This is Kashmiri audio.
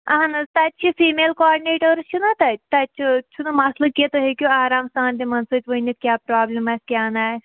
اہن حظ تَتہِ چھِ فیٖمیل کاڈنیٹٲرٕس چھِ نا تَتہِ تَتہِ چھِ چھُنہٕ مسلہٕ کیٚنٛہہ تُہۍ ہیٚکِو آرام سان تِمَن سۭتۍ ؤنِتھ کیٛاہ پرٛابلِم آسہِ کیٛاہ نہٕ آسہِ